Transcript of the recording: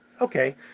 Okay